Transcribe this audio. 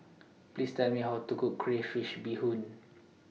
Please Tell Me How to Cook Crayfish Beehoon